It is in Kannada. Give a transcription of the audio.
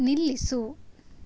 ನಿಲ್ಲಿಸು